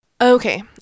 Okay